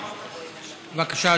בבקשה,